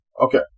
Okay